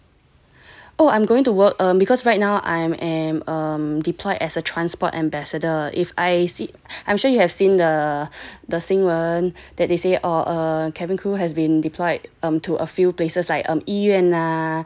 oh I'm going to work um because right now I am um I'm deployed as a transport ambassador if I see I'm sure you have seen the 新闻 that they say orh um cabin crew has been deployed to a few places like um 医院 lah